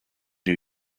new